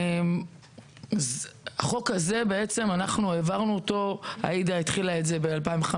את החוק הזה עאידה התחילה ב-2015,